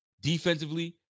defensively